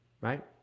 right